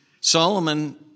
Solomon